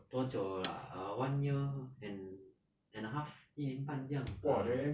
多久了 ah err one year and and a half 一年半将 uh